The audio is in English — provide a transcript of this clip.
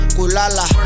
Kulala